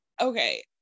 okay